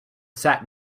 sat